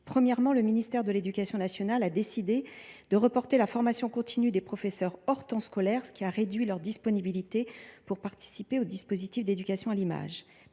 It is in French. part, le ministère de l’éducation nationale a décidé de reporter la formation continue des professeurs hors du temps scolaire, ce qui a réduit leur disponibilité pour participer aux dispositifs d’éducation à l’image.